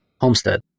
Homestead